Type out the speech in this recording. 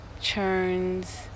churns